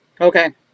Okay